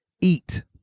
eat